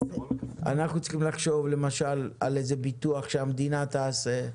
אנחנו צריכים לחשוב למשל על ביטוח שהמדינה תעשה,